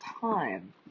time